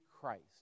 christ